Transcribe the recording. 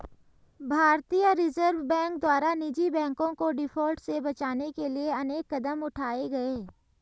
भारतीय reserve bank द्वारा निजी बैंकों को डिफॉल्ट से बचाने के लिए अनेक कदम उठाए गए